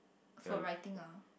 for writing uh